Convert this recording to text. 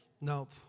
Nope